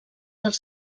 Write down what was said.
dels